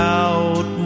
out